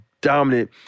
dominant